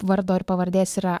vardo ir pavardės yra